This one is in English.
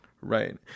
Right